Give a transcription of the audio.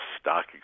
stock